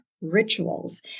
rituals